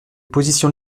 position